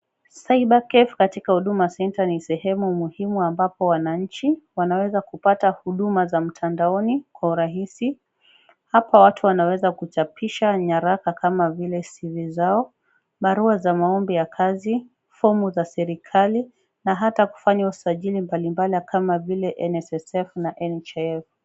Cyber Cafe katika huduma centre ni sehemu muhimu ambapo wananchi wanaweza kupata huduma za mtandaoni kwa urahisi. Hapa watu wanaweza kuchapisha nyaraka kama vile CV zao, barua za maombi ya kazi, fomu za serekali na hata kufanya usajili mbalimbali kama NSSF na NHIF.